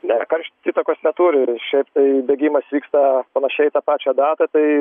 ne karštis įtakos neturi šiaip tai bėgimas vyksta panašiai tą pačią datą tai